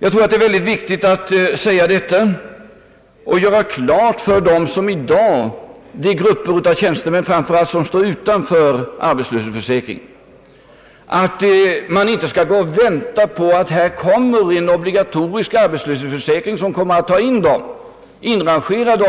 Jag anser att det är mycket viktigt att säga detta och att göra klart för de grupper av tjänstemän, som i dag står utanför arbetslöshetsförsäkringen, att inte vänta på att det kommer att genomföras en obligatorisk arbetslöshetsförsäkring, i vilken dessa grupper skulle inrangeras,